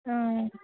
অঁ